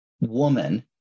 woman